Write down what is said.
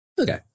Okay